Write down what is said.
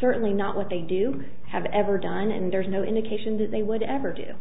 certainly not what they do have ever done and there's no indication that they would ever do